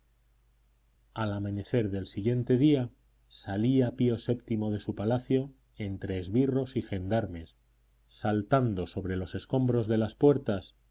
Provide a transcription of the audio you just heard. al amanecer del siguiente día salía pío vii de su palacio entre esbirros y gendarmes saltando sobre los escombros de las puertas